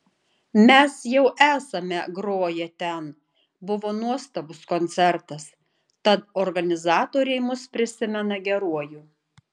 mes jau esame groję ten buvo nuostabus koncertas tad organizatoriai mus prisimena geruoju